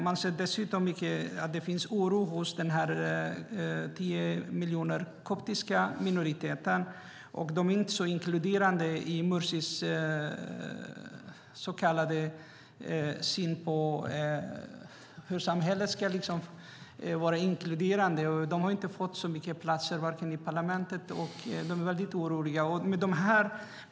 Man ser dessutom att det finns en oro hos de 10 miljonerna i den koptiska minoriteten. De är inte så inkluderade i Mursis syn på hur samhället ska vara inkluderande. De har inte fått så många platser i parlamentet, och de är väldigt oroliga.